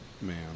Man